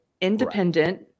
independent